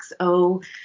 XO